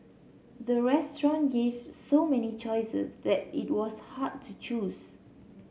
the restaurant gave so many choice that it was hard to choose